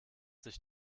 sich